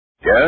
Yes